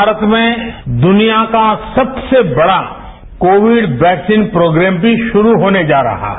भारत में दुनिया का सबसे बड़ा कोविड वैक्सीन प्रोप्रेम भी शुरू होने जा रहा है